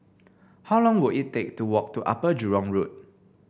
how long will it take to walk to Upper Jurong Road